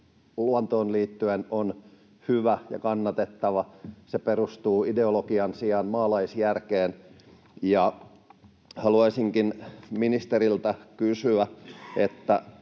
luontoon liittyen on hyvä ja kannatettava. Se perustuu ideologian sijaan maalaisjärkeen. Haluaisinkin ministeriltä kysyä: